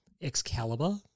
Excalibur